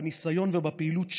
בניסיון ובפעילות שלך,